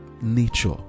nature